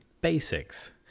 basics